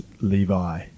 Levi